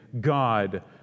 God